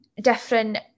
different